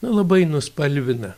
nu labai nuspalvina